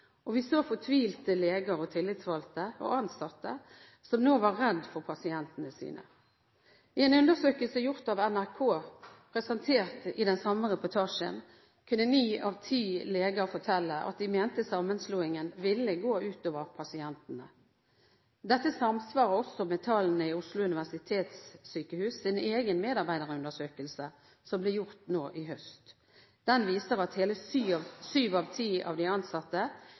og vi så fortvilte leger, tillitsvalgte og ansatte som nå var redde for pasientene sine. I en undersøkelse gjort av NRK, presentert i den samme reportasjen, kunne ni av ti leger fortelle at de mente sammenslåingen ville gå ut over pasientene. Dette samsvarer også med tallene i Oslo universitetssykehus' egen medarbeiderundersøkelse som ble gjort nå i høst. Den viser at hele sju av ti av de ansatte